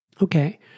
Okay